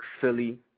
Philly